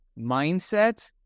mindset